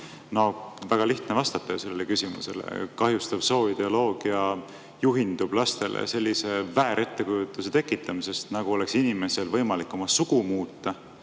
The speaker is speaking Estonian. Väga lihtne on sellele küsimusele vastata: kahjustav sooideoloogia juhindub lastele sellise väärettekujutuse tekitamisest, nagu oleks inimesel võimalik oma sugu muuta